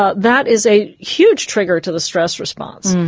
ah that is a huge trigger to the stress response.